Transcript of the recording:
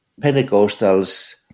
Pentecostals